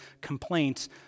complaints